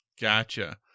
Gotcha